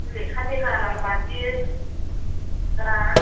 सुलेखानि गारां बादि हो